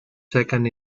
second